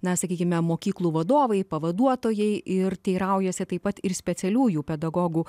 na sakykime mokyklų vadovai pavaduotojai ir teiraujasi taip pat ir specialiųjų pedagogų